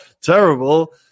terrible